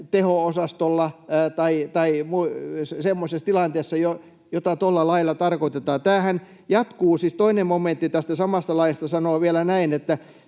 teho-osastolla tai semmoisessa tilanteessa, jota tuolla lailla tarkoitetaan. Tämähän jatkuu, siis 2 momentti tästä samasta laista sanoo vielä näin: